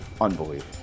Unbelievable